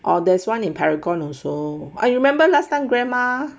or there's one in paragon also I remember last time grandma